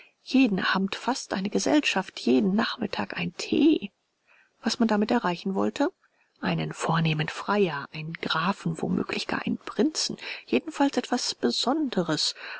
jeden abend fast eine gesellschaft jeden nachmittag ein tee was man damit erreichen wollte einen vornehmen freier einen grafen womöglich gar einen prinzen jedenfalls etwas besonderes